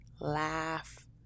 Laugh